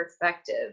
perspective